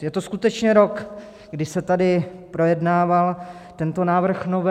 Je to skutečně rok, kdy se tady projednával tento návrh novely.